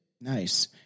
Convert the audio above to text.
Nice